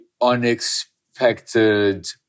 unexpected